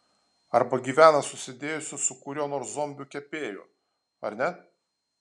arba gyvena susidėjusi su kuriuo nors zombiu kepėju ar ne